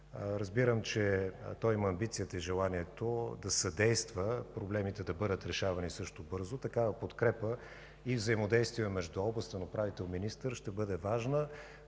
Разбирам, че той има амбицията и желанието да съдейства проблемите да бъдат решавани също бързо. Такава подкрепа и взаимодействие между областен управител и министър ще бъде важна.